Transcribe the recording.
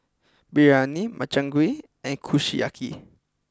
Biryani Makchang Gui and Kushiyaki